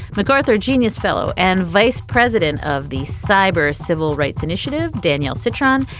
macarthur genius fellow and vice president of the cyber civil rights initiative, danielle cetron.